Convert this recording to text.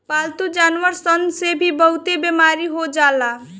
पालतू जानवर सन से भी बहुते बेमारी हो जाला